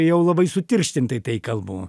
jau labai sutirštintai tai kalbu